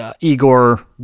Igor